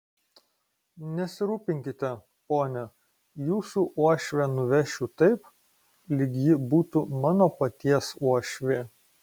nesirūpinkite pone jūsų uošvę nuvešiu taip lyg ji būtų mano paties uošvė